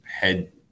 head